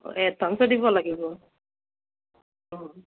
অ' এডভান্সো দিব লাগিব অ'